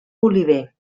oliver